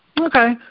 Okay